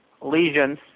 lesions